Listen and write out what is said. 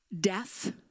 death